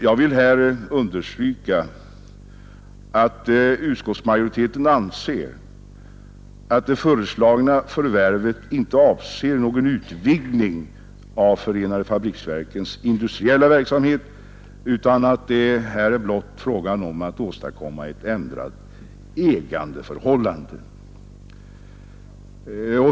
Jag vill understryka, fru talman, att utskottsmajoriteten anser att det föreslagna förvärvet inte avser någon utvidgning av förenade fabriksverkens industriella verksamhet utan att det här blott är fråga om att åstadkomma ett ändrat ägandeförhållande.